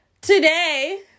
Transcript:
today